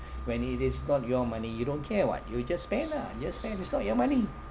when it is not your money you don't care what you just spend ah just spend it's not your money